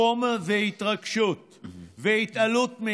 חום, התרגשות והתעלות,